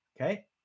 Okay